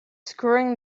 screwing